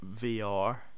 VR